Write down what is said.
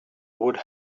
would